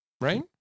right